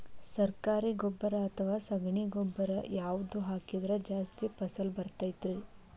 ಸರಕಾರಿ ಗೊಬ್ಬರ ಅಥವಾ ಸಗಣಿ ಗೊಬ್ಬರ ಯಾವ್ದು ಹಾಕಿದ್ರ ಜಾಸ್ತಿ ಫಸಲು ಬರತೈತ್ರಿ?